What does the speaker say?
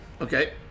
Okay